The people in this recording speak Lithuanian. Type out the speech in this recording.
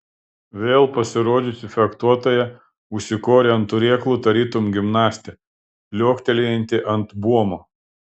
vėl pasirodžiusi fechtuotoja užsikorė ant turėklų tarytum gimnastė liuoktelėjanti ant buomo